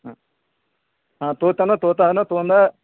ಹಾಂ ಹಾಂ ತೋತಾನು ತೋತಾನು ತೋಂವದಾ